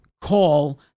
call